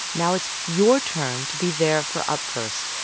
now it's your turn to be there for up first.